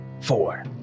Four